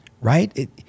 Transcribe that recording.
right